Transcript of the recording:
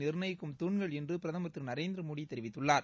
நிர்ணயிக்கும் துண்கள் என்று பிரதமர் திரு நரேந்திரமோடி தெரிவித்துள்ளார்